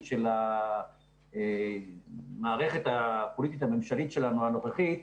של המערכת הפוליטית הממשלית שלנו הנוכחית,